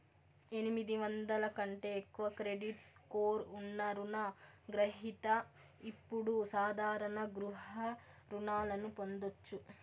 ఎనిమిది వందల కంటే ఎక్కువ క్రెడిట్ స్కోర్ ఉన్న రుణ గ్రహిత ఇప్పుడు సాధారణ గృహ రుణాలను పొందొచ్చు